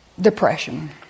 Depression